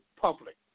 public